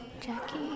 Jackie